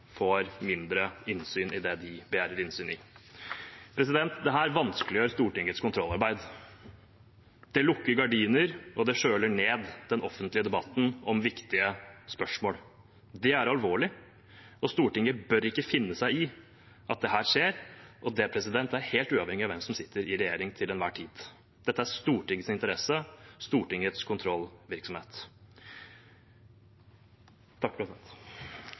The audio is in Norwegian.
får mindre innsyn i det de begjærer innsyn i. Dette vanskeliggjør Stortingets kontrollarbeid. Det lukker gardiner, og det kjøler ned den offentlige debatten om viktige spørsmål. Det er alvorlig, og Stortinget bør ikke finne seg i at dette skjer, og det er helt uavhengig av hvem som sitter i regjering til enhver tid. Dette er i Stortingets interesse, Stortingets kontrollvirksomhet.